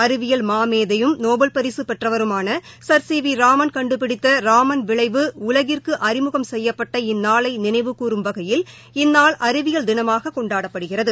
அறிவியல் மாமேதையும் நோபல் பரிசு பெற்றவருமான சர் சி வி ராமன் கண்டுபிடித்த ராமன் விளைவு உலகிற்கு அறிமுகம் செய்யப்பட்ட இந்நாளை நிளைவுகூறம் வகையில் இந்நாள் அறிவியல் தினமாக கொண்டாடப்படுகிறது